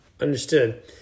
Understood